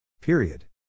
Period